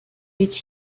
est